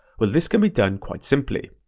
well this can be done quite simply.